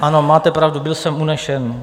Ano, máte pravdu, byl jsem unesen.